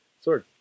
Sword